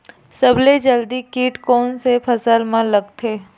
सबले जल्दी कीट कोन से फसल मा लगथे?